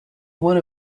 one